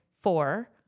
four